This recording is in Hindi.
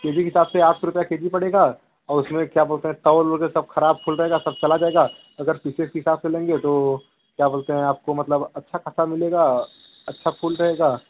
के जी के हिसाब से आठ सौ रुपये के जी पड़ेगा और उसी में क्या बोलते हैं तोल में जो सब ख़राब हो जाएगा सब चला जाएगा अगर पीसेज के हिसाब से लेंगे तो जो क्या बोलते हैं आपको मतलब अच्छा ख़ासा मिलेगा अच्छा फूल रहेगा